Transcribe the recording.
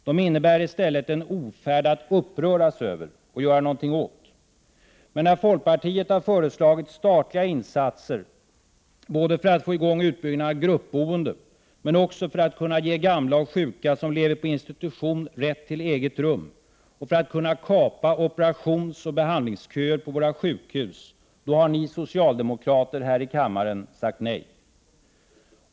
De innebär i stället en ofärd att uppröras över och göra någonting åt. Men när folkpartiet har föreslagit statliga insatser både för att få i gång utbyggnad av gruppboende, men också för att kunna ge gamla och sjuka som lever på institution rätt till ett eget rum och för att kunna kapa operationsoch behandlingsköer på våra sjukhus, då har ni socialdemokrater här i kammaren sagt nej.